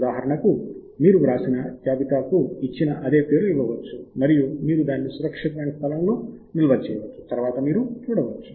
ఉదాహరణకు మీ వ్రాసిన జాబితాకు ఇచ్చిన అదే పేరు ఇవ్వవచ్చు మరియు మీరు దానిని సురక్షితమైన స్థలంలో నిల్వ చేయవచ్చు తరువాత మీరు చూడవచ్చు